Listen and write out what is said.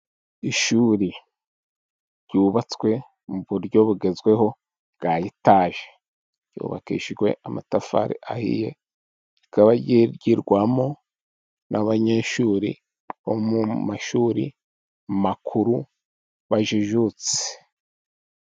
Ishuri ryubatswe mu buryo bugezweho bwa etaje, ryubakishijwe amatafari ahiye ,rikaba ryigwamo n'abanyeshuri bo mu mashuri makuru bajijutse,